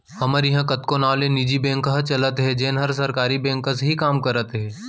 हमर इहॉं कतको नांव ले निजी बेंक ह चलत हे जेन हर सरकारी बेंक कस ही काम करत हे